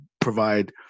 provide